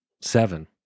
seven